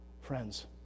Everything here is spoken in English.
Friends